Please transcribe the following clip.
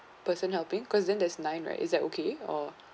person helping cause then there's nine right is that okay or